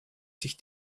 sich